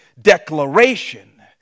declaration